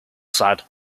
side